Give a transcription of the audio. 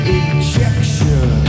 injection